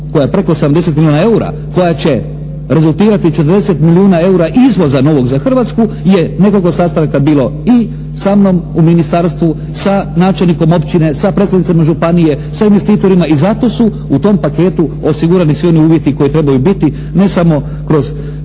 koja je preko 70 milijuna eura, koja će rezultirati 40 milijuna eura izvoza novog za Hrvatsku je nekoliko sastanaka bilo i sa mnom u ministarstvu sa načelnikom općine, sa predstavnicima županije, sa investitorima i zato su u tom paketu osigurani svi oni uvjeti koji trebaju biti ne samo kroz